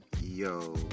yo